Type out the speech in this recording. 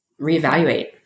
reevaluate